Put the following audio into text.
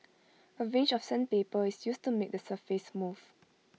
A range of sandpaper is used to make the surface smooth